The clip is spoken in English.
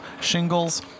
shingles